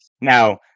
now